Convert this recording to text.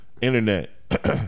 internet